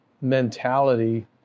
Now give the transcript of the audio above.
mentality